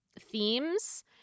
themes